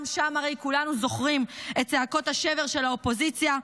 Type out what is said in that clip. גם שם הרי כולנו זוכרים את זעקות השבר של האופוזיציה,